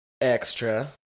extra